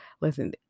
listen